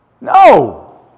No